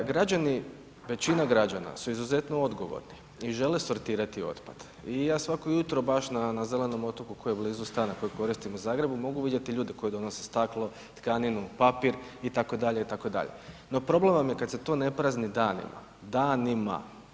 Građani, većina građana su izuzetno odgovorni i žele sortirati otpad i ja svako jutro baš na zelenom otoku koji je blizu stana koji koristim u Zagrebu mogu vidjeti ljude koji donose staklo, tkaninu, papir itd., itd., no problem vam je kad se to ne prazni danima, danima.